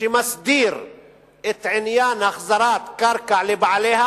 שמסדיר את עניין החזרת קרקע לבעליה